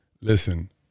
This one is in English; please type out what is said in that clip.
listen